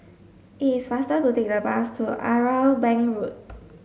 it is faster to take the bus to Irwell Bank Road